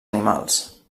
animals